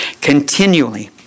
continually